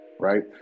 Right